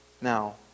Now